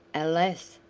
alas!